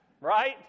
right